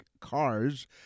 cars